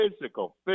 physical